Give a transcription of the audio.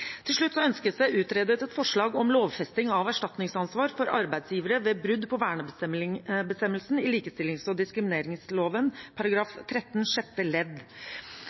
Til slutt ønskes det utredet et forslag om lovfesting av erstatningsansvar for arbeidsgivere ved brudd på vernebestemmelsen i likestillings- og diskrimineringsloven § 13 sjette ledd.